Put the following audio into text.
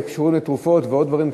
אנשים שהיו קשורים לתרופות ועוד דברים,